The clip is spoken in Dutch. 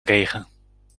regen